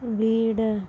വീട്